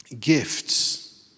gifts